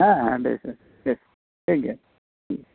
ᱦᱮᱸ ᱦᱮᱸ ᱵᱮᱥ ᱵᱮᱥ ᱵᱮᱥ ᱴᱷᱤᱠ ᱜᱮᱭᱟ